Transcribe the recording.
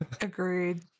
Agreed